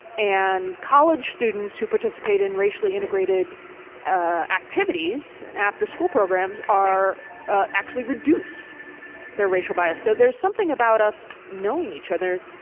and college students who participate in racially integrated ah activities and after-school programs ah actually reduce their racial bias. so there's something about us knowing each other,